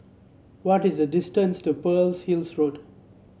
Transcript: what is the distance to Pearl's Hill Road